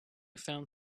found